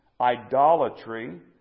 idolatry